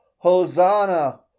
Hosanna